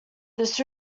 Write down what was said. this